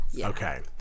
Okay